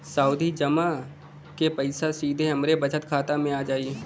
सावधि जमा क पैसा सीधे हमरे बचत खाता मे आ जाई?